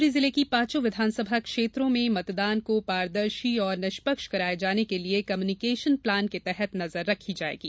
शिवपूरी जिले की पांचों विधानसभा क्षेत्रों में मतदान को पारदर्शी एवं निष्पक्ष कराए जाने के लिए कम्युनिकेशन प्लान के तहत नजर रखी जाएगी